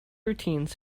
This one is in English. routines